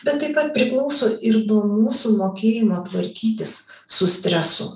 bet taip pat priklauso ir nuo mūsų mokėjimo tvarkytis su stresu